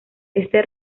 este